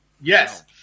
Yes